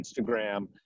Instagram